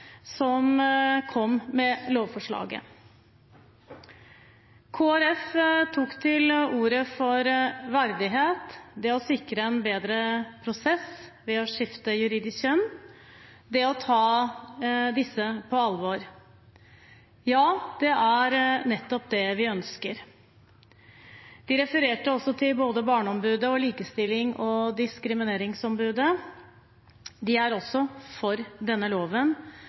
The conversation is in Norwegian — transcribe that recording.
som kom med lovforslaget. Kristelig Folkeparti tok til orde for verdighet, det å sikre en bedre prosess ved skifte av juridisk kjønn og det å ta disse på alvor. Ja, det er nettopp det vi ønsker. De refererte også til både Barneombudet og Likestillings- og diskrimineringsombudet. De er også for denne loven,